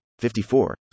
54